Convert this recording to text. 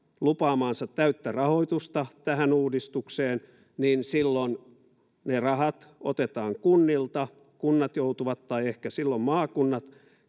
lupaamaansa täyttä rahoitusta tähän uudistukseen niin silloin ne rahat otetaan kunnilta kunnat joutuvat tai ehkä silloin maakunnat